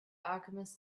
alchemist